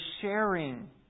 sharing